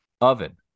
oven